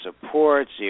supports